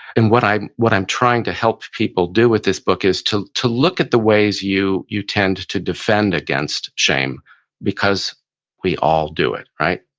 and what i'm what i'm trying to help people do with this book, is to to look at the ways you you tend to to defend against shame because we all do it, right?